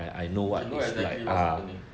they know exactly what's happening